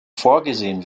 vorgesehen